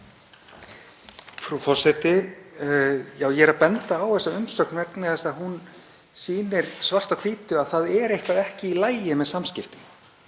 Frú forseti. Ég er að benda á þessa umsögn vegna þess að hún sýnir svart á hvítu að það er eitthvað ekki í lagi með samskiptin